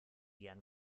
gern